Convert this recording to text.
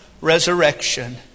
resurrection